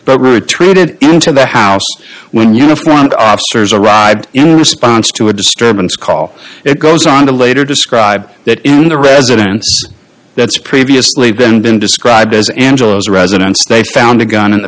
but retreated into the house when uniformed officers arrived in response to a disturbance call it goes on to later describe that the residence that's previously been described as angela's residence state found a gun in the